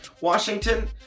Washington